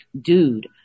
dude